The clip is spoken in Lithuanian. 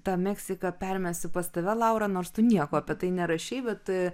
tą meksiką permesiu pas tave laura nors tu nieko apie tai nerašei bet